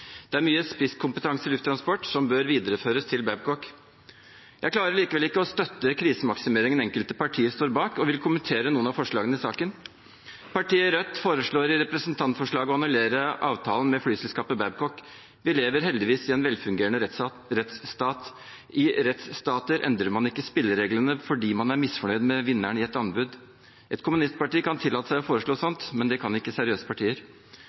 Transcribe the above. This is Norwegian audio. Det er mye spisskompetanse i Lufttransport som bør videreføres til Babcock. Jeg klarer likevel ikke å støtte krisemaksimeringen enkelte partier står bak, og vil kommentere noen av forslagene i saken. Partiet Rødt foreslår i representantforlaget å annullere avtalen med flyselskapet Babcock. Vi lever heldigvis i en velfungerende rettsstat. I rettsstater endrer man ikke spillereglene fordi man er misfornøyd med vinneren i et anbud. Et kommunistparti kan tillate seg å foreslå sånt, det kan ikke